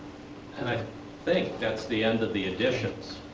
and i think that's the end of the additions.